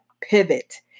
Pivot